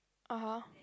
(aha)